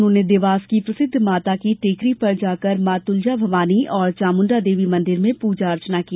उन्होंने देवास की प्रसिद्ध माता की टेकरी पर जाकर मां तुलजा भवानी और चामुंडा देवी मंदिर में पूजा अर्चना की